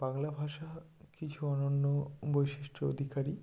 বাংলা ভাষা কিছু অনন্য বৈশিষ্ট্যর অধিকারী